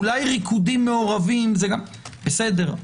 אולי ריקודים מעורבים בסדר,